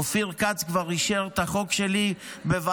אופיר כץ כבר אישר את החוק שלי בוועדת